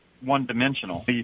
one-dimensional